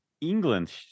England